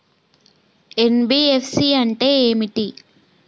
NBFC అంటే ఏమిటి?